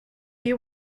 you